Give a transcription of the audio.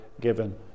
given